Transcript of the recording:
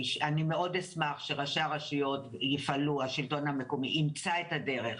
אני מאוד אשמח שראשי הרשויות יפעלו והשלטון המקומי ימצא את הדרך.